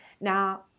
Now